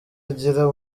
agira